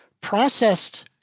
processed